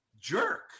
jerk